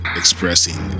expressing